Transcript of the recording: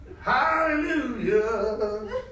Hallelujah